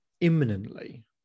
imminently